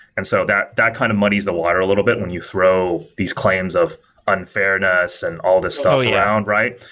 and so that that kind of muddies the water a little bit when you throw these claims of unfairness and all these stuff around, right?